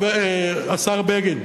השר בגין,